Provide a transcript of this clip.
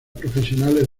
profesionales